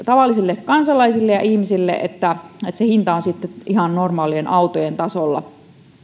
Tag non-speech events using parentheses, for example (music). (unintelligible) tavallisille kansalaisille ja ihmisille niin että se hinta on sitten ihan normaalien autojen tasolla